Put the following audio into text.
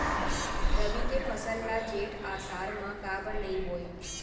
रबि के फसल ल जेठ आषाढ़ म काबर नही बोए?